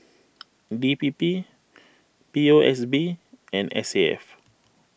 D P P O S B and S A F